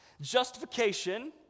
Justification